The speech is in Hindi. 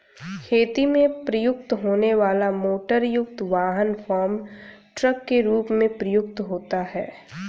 खेती में प्रयुक्त होने वाला मोटरयुक्त वाहन फार्म ट्रक के रूप में प्रयुक्त होता है